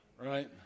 Right